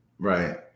Right